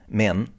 men